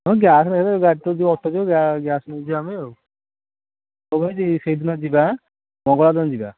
ହଁ ଗ୍ୟାସ୍ ନେଲେ ଗାଡ଼ି ତ ଯିବ ଅଟୋ ଯିବ ଗ୍ୟାସ୍ ନେଇକି ଯିବା ଆମେ କେମିତି ସେଇ ଦିନ ଯିବା ମଙ୍ଗଳ ବାର ଦିନ ଯିବା